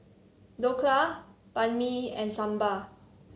Dhokla Banh Mi and Sambar